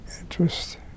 interest